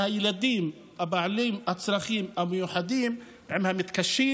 מהילדים בעלי הצרכים המיוחדים והמתקשים